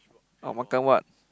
ah makan what